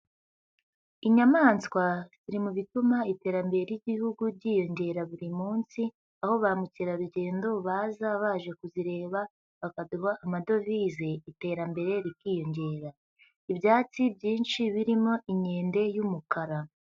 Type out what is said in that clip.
Inyamaswa ziri mu bituma iterambere ry'igihugu ryiyongera buri munsi, aho ba mukerarugendo baza baje kuzireba bakaduha amadovize iterambere rikiyongera. Ibyatsi byinshi birimo inkende y'umukara.